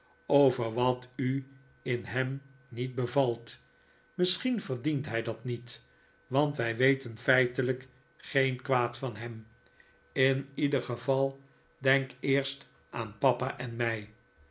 over wat u in hem niet bevalt misschien verdient hij dat niet want wij weten feitelijk geen kwaad van hem in ieder geval denk eerst aan papa en mij